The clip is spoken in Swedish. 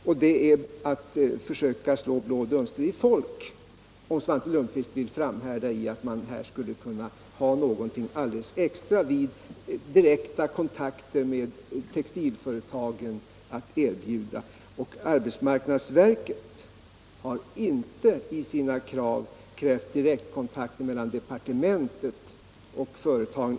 Svante Lundkvist försöker slå blå dunster i ögonen på folk om han framhärdar i att vi skulle ha någonting extra att erbjuda vid direkta kontakter med textilföretagen. Arbetsmarknadsverket har inte krävt direktkontakter mellan depare mentet och företagen.